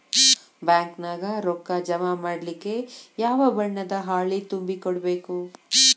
Bank ನ್ಯಾಗ ರೊಕ್ಕಾ ಜಮಾ ಮಾಡ್ಲಿಕ್ಕೆ ಯಾವ ಬಣ್ಣದ್ದ ಹಾಳಿ ತುಂಬಿ ಕೊಡ್ಬೇಕು?